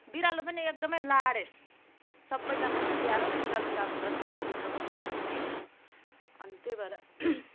बिरालो पनि एकदमै लाडे सबैजनाको प्यारो बिरालो त अब झन् घरैभित्र बस्ने चिज अनि त्यही भएर